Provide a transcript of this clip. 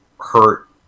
hurt